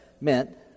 meant